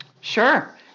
Sure